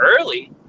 early